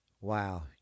Wow